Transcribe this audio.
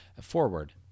Forward